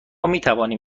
میتوانیم